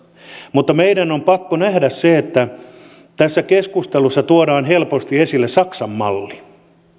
mutta meidän on pakko nähdä se että kun tässä keskustelussa tuodaan helposti esille saksan malli niin